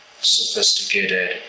sophisticated